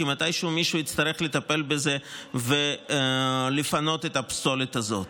כי מתישהו מישהו יצטרך לטפל בזה ולפנות את הפסולת הזאת.